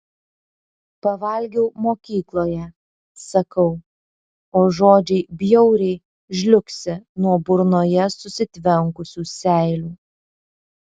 pavalgiau mokykloje sakau o žodžiai bjauriai žliugsi nuo burnoje susitvenkusių seilių